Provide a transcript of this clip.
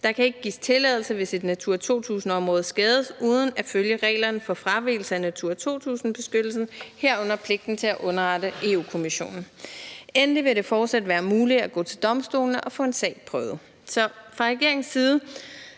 Der kan ikke gives tilladelse, hvis et Natura 2000-område skades, uden at man har fulgt reglerne for fravigelser af Natura 2000-beskyttelsen, herunder pligten til at underrette EU-Kommissionen. Endelig vil det fortsat være muligt at gå til domstolene og få en sag prøvet. Så fra regeringens side